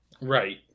Right